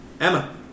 Emma